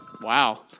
Wow